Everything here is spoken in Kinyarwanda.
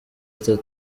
itanu